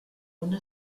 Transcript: una